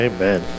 Amen